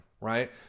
right